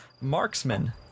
marksman